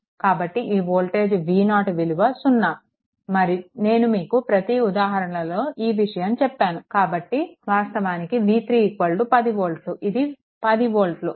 కాబట్టి ఈ voltage V0 విలువ 0 నేను మీకు ప్రతి ఉదాహరణలో ఈ విషయం చెప్పాను కాబట్టి వాస్తవానికి v3 10 వోల్ట్లు ఇది 10 వోల్ట్లు